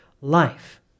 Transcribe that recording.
life